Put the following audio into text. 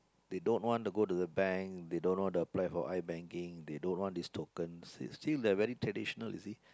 they don't want to go to the bank they dunno how to apply for iBanking they don't want this token it's still very traditional you see